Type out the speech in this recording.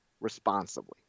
responsibly